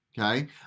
Okay